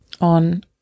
on